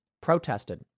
protested